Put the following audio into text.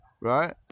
right